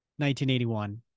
1981